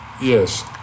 Yes